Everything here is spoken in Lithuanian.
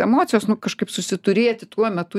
emocijos nu kažkaip susiturėti tuo metu